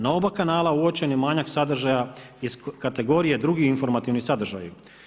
Na oba kanala uočen je manjak sadržaja iz kategorije drugi informativni sadržaji.